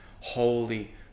holy